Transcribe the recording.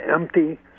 empty